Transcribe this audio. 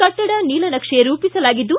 ಕಟ್ಟಡ ನೀಲನಕ್ಷೆ ರೂಪಿಸಲಾಗಿದ್ದು